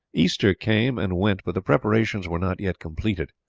easter came and went, but the preparations were not yet completed.